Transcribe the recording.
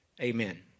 Amen